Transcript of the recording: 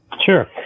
Sure